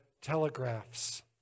telegraphs